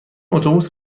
اتوبوس